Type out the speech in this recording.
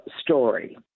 story